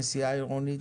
נסיעה עירונית,